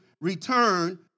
return